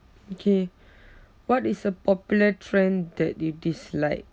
okay what is a popular trend that you dislike